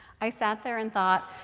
i sat there and thought,